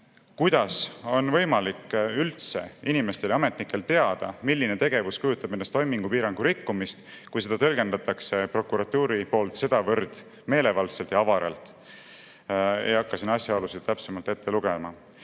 kuidas on võimalik üldse [tavalistel] inimestel ja ametnikel teada, milline tegevus kujutab endast toimingupiirangu rikkumist, kui seda tõlgendatakse prokuratuuri poolt sedavõrd meelevaldselt ja avaralt. Ei hakka siin asjaolusid täpsemalt ette lugema.